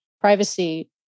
privacy